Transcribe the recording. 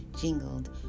jingled